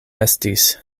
estis